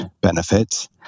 benefits